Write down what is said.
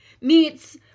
meets